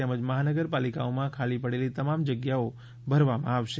તેમજ તમહાનગર પાલિકાઓમાં ખાલી પડેલી તમામ જગ્યાઓ ભરવામાં આવશે